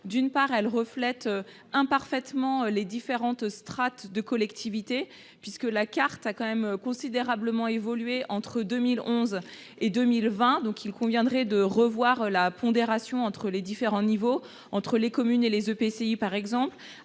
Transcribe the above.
d'abord, elle reflète imparfaitement les différentes strates de collectivités, puisque la carte a considérablement évolué entre 2011 et 2020. Il conviendrait donc de revoir la pondération entre les différents niveaux, notamment entre les communes et les EPCI. Par